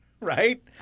Right